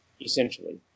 Essentially